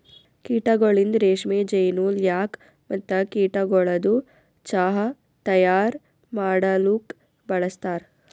ಕೀಟಗೊಳಿಂದ್ ರೇಷ್ಮೆ, ಜೇನು, ಲ್ಯಾಕ್ ಮತ್ತ ಕೀಟಗೊಳದು ಚಾಹ್ ತೈಯಾರ್ ಮಾಡಲೂಕ್ ಬಳಸ್ತಾರ್